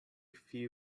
few